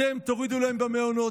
אתם תורידו להם במעונות.